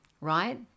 right